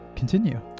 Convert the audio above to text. Continue